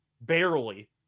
barely